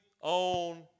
on